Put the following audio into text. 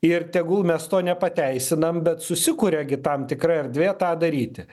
ir tegul mes to nepateisinam bet susikuria gi tam tikra erdvė tą daryti